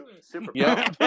Super